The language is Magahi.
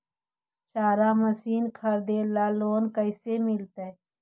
चारा मशिन खरीदे ल लोन कैसे मिलतै?